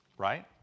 Right